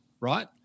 right